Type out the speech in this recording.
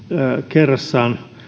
kerrassaan